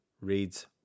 reads